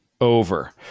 Over